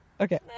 Okay